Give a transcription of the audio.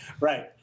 Right